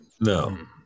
No